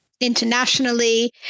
internationally